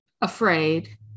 afraid